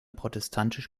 protestantisch